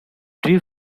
drew